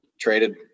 traded